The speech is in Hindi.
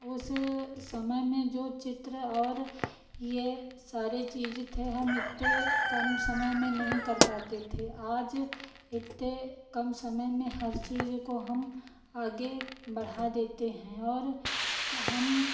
उस समय में जो चित्र और यह सारे चीज़ थे हम इतने कम समय में नहीं कर पाते थे आज इतने कम समय में हर चीज़ को हम आगे बढ़ा देते हैं और हम